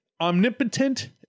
Omnipotent